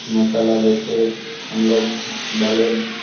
मसाला जैसे हम लोग भले